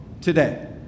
today